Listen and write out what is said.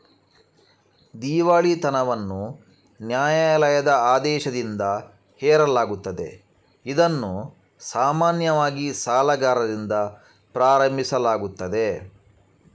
ದಿವಾಳಿತನವನ್ನು ನ್ಯಾಯಾಲಯದ ಆದೇಶದಿಂದ ಹೇರಲಾಗುತ್ತದೆ, ಇದನ್ನು ಸಾಮಾನ್ಯವಾಗಿ ಸಾಲಗಾರರಿಂದ ಪ್ರಾರಂಭಿಸಲಾಗುತ್ತದೆ